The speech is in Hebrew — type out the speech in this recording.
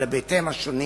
על היבטיהם השונים,